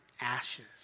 ashes